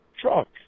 truck